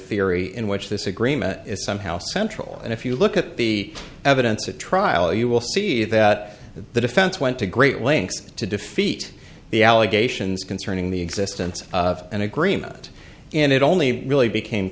theory in which this agreement is somehow central and if you look at the evidence at trial you will see that the defense went to great lengths to defeat the allegations concerning the existence of an agreement and it only really became